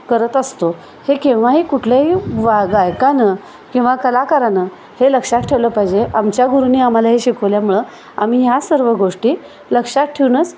करत असतो हे केव्हाही कुठल्याही वा गायकानं किंवा कलाकारानं हे लक्षात ठेवलं पाहिजे आमच्या गुरुनी आम्हाला हे शिकवल्यामुळं आम्ही ह्या सर्व गोष्टी लक्षात ठेऊनच